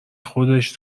خودش